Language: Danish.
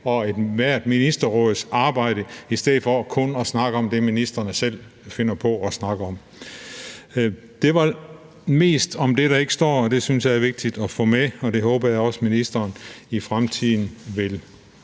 og ethvert ministerråds arbejde – i stedet for kun at snakke om det, ministrene selv finder på at snakke om. Det var mest om det, der ikke står, og det synes jeg er vigtigt at få med. Det håber jeg også at ministeren i fremtiden vil